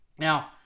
Now